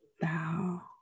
bow